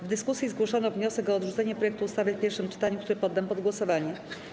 W dyskusji zgłoszono wniosek o odrzucenie projektu ustawy w pierwszym czytaniu, który poddam pod głosowanie.